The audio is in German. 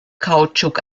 kautschuk